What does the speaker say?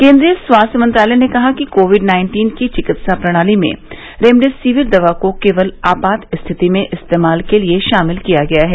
केन्द्रीय स्वास्थ्य मंत्रालय ने कहा है कि कोविड नाइन्टीन की चिकित्सा प्रणाली में रेमडेसीविर दवा को केवल आपात स्थिति में इस्तेमाल के लिए शामिल किया गया है